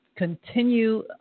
continue